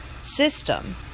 system